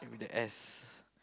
with the S